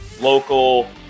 local